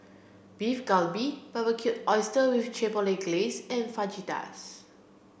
Beef Galbi Barbecued Oysters with Chipotle Glaze and Fajitas